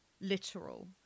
literal